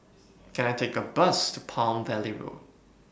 Can I Take A Bus to Palm Valley Road